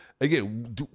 again